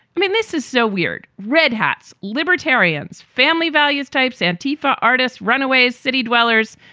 i mean, this is so weird red hats, libertarians, family values types, antifa artists, runaways, city dwellers,